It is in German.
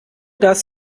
das